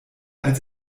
als